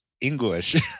English